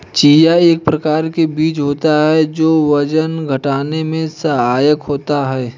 chia एक प्रकार के बीज होते हैं जो वजन घटाने में सहायक होते हैं